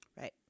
Right